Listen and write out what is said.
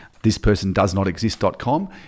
thispersondoesnotexist.com